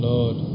Lord